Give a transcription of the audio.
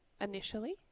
initially